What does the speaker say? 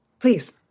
Please